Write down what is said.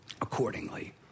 accordingly